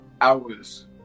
hours